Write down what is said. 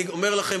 אני אומר לכם,